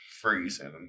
freezing